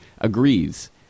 agrees